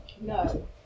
No